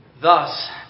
thus